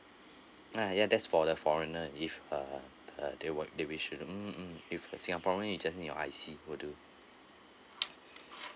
ah ya that's for the foreigner if uh uh they were they which shouldn't mm mm if a singaporean you just need your I_C will do